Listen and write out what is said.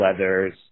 leathers